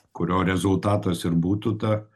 kurio rezultatas ir būtų ta